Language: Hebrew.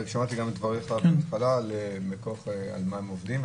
ושמעתי את דבריך בהתחלה על מכוח מה הם עובדים,